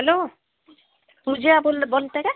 hello Pooja बोल बोलताय काय